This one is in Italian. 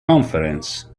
conference